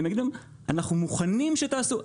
שיגידו להם שמוכנים שהם יעשו.